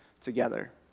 together